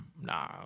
Nah